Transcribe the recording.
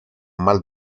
mal